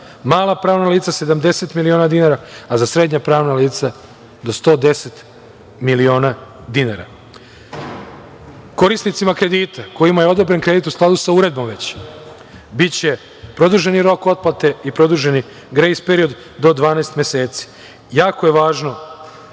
mala pravna lica 70 miliona dinara, a za srednja pravna lica do 110 miliona dinara. Korisnicima kredita kojima je odobren kredit u skladu sa uredbom biće produžen rok otplate i produžen grejs period do 12 meseci. Jako je važno